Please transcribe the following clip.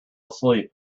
asleep